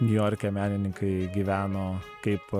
niujorke menininkai gyveno kaip